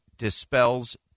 dispels